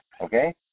Okay